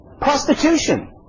Prostitution